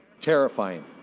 Terrifying